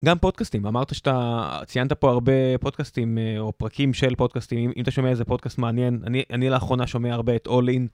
גם פודקאסטים, אמרת שאתה... ציינת פה הרבה פודקאסטים או פרקים של פודקאסטים, אם אתה שומע איזה פודקאסט מעניין, אני... אני לאחרונה שומע הרבה את אול-אין.